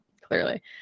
clearly